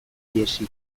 ihesi